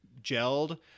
gelled